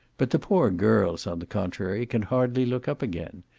but the pour girls, on the contrary, can hardly look up again.